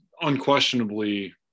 unquestionably